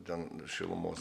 ten šilumos